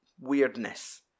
weirdness